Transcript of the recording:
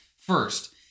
First